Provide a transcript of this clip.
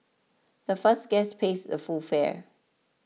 the first guest pays the full fare